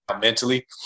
mentally